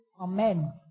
Amen